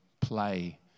play